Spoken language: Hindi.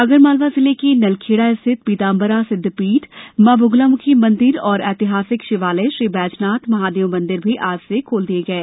आगरमालवा जिले के नलखेड़ा में रिथित पीताम्बरा सिद्ध पीठ मां बगलामुखी मंदिर और एतिहासिक शिवालय श्री बैजनाथ महादेव मंदिर भी आज से खोल दिये गये